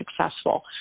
successful